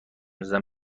زدن